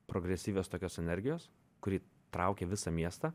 progresyvios tokios energijos kuri traukė visą miestą